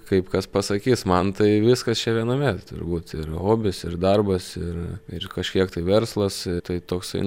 kaip kas pasakys man tai viskas čia viename turbūt ir hobis ir darbas ir ir kažkiek tai verslas tai toks